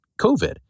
COVID